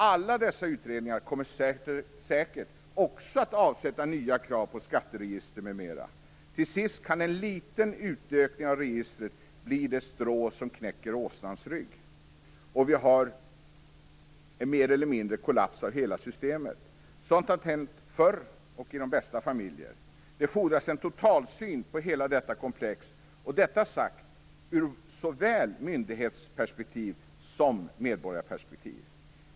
Alla dessa utredningar kommer säkert också att avsätta nya krav på skatteregister m.m. Till sist kan en liten utökning av registret bli det strå som knäcker åsnans rygg, och vi får mer eller mindre en kollaps av hela systemet. Sådant har hänt förr, och i de bästa familjer! Det fordras en totalsyn på hela detta komplex; detta sagt ur såväl myndighetsperspektiv som medborgarperspektiv.